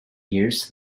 years